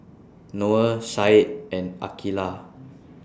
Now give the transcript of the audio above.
Noah Said and Aqilah